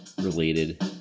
related